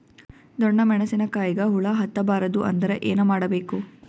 ಡೊಣ್ಣ ಮೆಣಸಿನ ಕಾಯಿಗ ಹುಳ ಹತ್ತ ಬಾರದು ಅಂದರ ಏನ ಮಾಡಬೇಕು?